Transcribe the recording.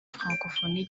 francophonie